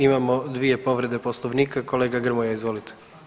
Imamo dvije povrede Poslovnika, kolega Grmoja izvolite.